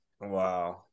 Wow